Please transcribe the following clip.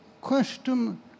question